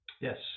Yes